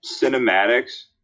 cinematics